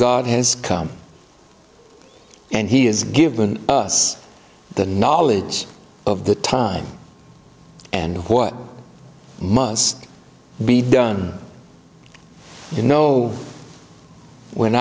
god has come and he has given us the knowledge of the time and what must be done you know when